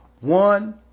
One